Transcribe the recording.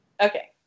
Okay